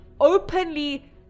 openly